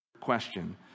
question